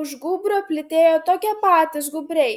už gūbrio plytėjo tokie patys gūbriai